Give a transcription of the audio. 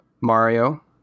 Mario